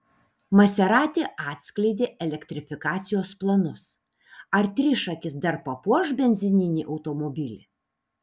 maserati atskleidė elektrifikacijos planus ar trišakis dar papuoš benzininį automobilį